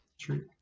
True